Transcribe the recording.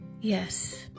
Yes